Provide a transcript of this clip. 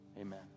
amen